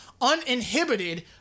uninhibited